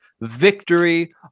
victory